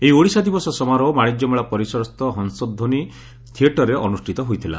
ଏହି ଓଡ଼ିଶା ଦିବସ ସମାରୋହ ବାଶିଜ୍ୟ ମେଳା ପରିସରସ୍ର ହଂସଧ୍ୱନି ଥିଏଟରରେ ଅନୁଷିତ ହୋଇଥିଲା